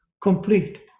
complete